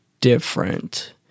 different